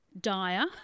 dire